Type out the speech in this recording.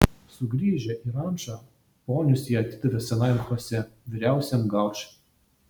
sugrįžę į rančą ponius jie atidavė senajam chosė vyriausiajam gaučui